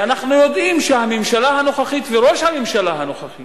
ואנחנו יודעים שהממשלה הנוכחית, ראש הממשלה הנוכחי